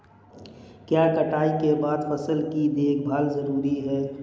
क्या कटाई के बाद फसल की देखभाल जरूरी है?